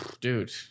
Dude